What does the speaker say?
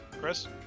Chris